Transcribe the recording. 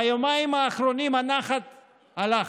ביומיים האחרונים הנחת הלכה.